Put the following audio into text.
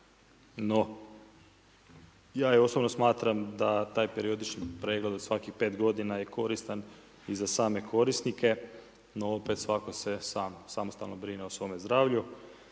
No, ja je osobno smatram da taj periodični pregled od svakih 5 godina je koristan i za same korisnike, no opet svatko se sam samostalno brine o svome zdravlju.